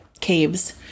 caves